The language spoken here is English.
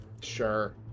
Sure